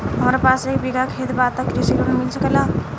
हमरा पास एक बिगहा खेत बा त कृषि लोन मिल सकेला?